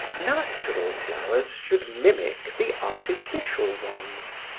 natural flowers should mimic the artificial ones.